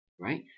right